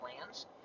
plans